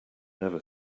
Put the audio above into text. never